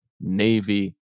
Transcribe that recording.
Navy